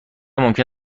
ممکن